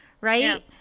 right